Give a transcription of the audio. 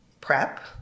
prep